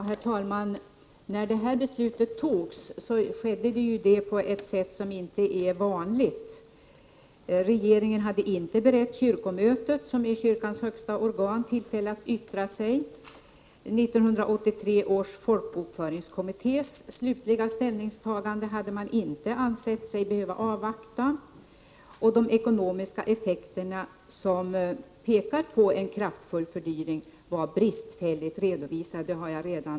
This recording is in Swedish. Herr talman! När detta beslut fattades skedde det på ett sätt som inte är vanligt. Regeringen hade inte berett kyrkomötet, som ju är kyrkans högsta organ, tillfälle att yttra sig. 1983 års folkbokföringskommittés slutliga ställningstagande hade man inte ansett sig behöva avvakta. De ekonomiska effekterna — prognoserna pekar på en kraftfull fördyring — var bristfälligt redovisade, som jag redan nämnt.